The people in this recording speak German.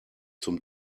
zum